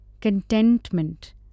contentment